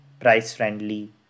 price-friendly